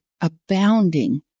abounding